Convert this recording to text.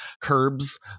curbs